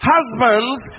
Husbands